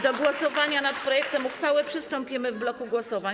Do głosowania nad projektem uchwały przystąpimy w bloku głosowań.